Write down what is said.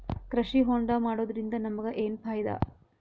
ಕೃಷಿ ಹೋಂಡಾ ಮಾಡೋದ್ರಿಂದ ನಮಗ ಏನ್ ಫಾಯಿದಾ?